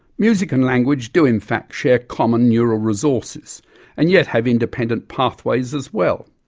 music and language do in fact share common neural resources and yet have independent pathways as well.